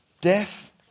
Death